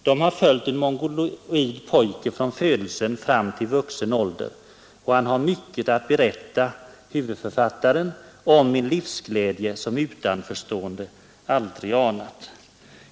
De har följt en mongoloid pojke från födelsen fram till vuxen ålder och har mycket att berätta om en livsglädje som utanförstående aldrig anat.